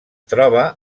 troba